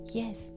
yes